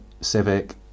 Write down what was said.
Civic